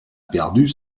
perdu